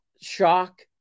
shock